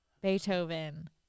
Beethoven